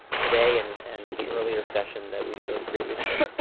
today and and the earlier session that we showed previously.